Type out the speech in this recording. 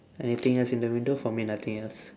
anything else in the window for me nothing else